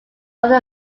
other